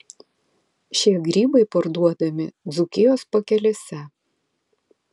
šie grybai parduodami dzūkijos pakelėse